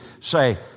say